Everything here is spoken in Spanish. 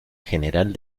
general